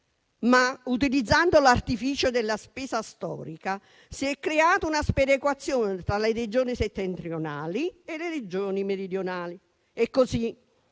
ma, utilizzando l'artificio della spesa storica, si è creata una sperequazione tra le Regioni settentrionali e quelle meridionali e così